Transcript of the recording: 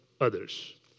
others